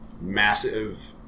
massive